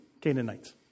Canaanites